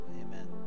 Amen